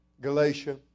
Galatia